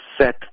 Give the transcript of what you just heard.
set